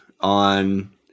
on